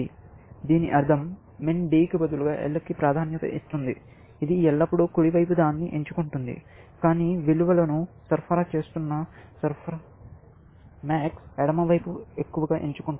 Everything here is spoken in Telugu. దీని అర్థం MIN D కి బదులుగా L కి ప్రాధాన్యత ఇస్తుంది ఇది ఎల్లప్పుడూ కుడి వైపు దాన్ని ఎంచుకుంటుంది MAX ఎడమవైపు ఎక్కువగా ఎంచుకుంటుంది